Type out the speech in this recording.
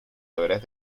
deberes